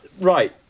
Right